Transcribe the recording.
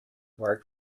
work